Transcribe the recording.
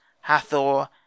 hathor